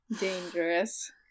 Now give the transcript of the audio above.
Dangerous